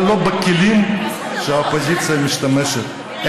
אבל לא בכלים שהאופוזיציה משתמשת בהם.